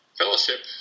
fellowship